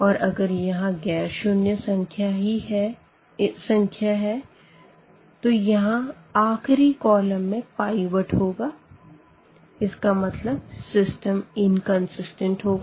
और अगर यहाँ गैर शून्य संख्या ही तो यहाँ यहाँ आखिरी आखिरी कॉलम में पाइवट होगा इसका मतलब सिस्टम इन्कन्सीस्टेन्ट होगा